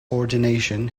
ordination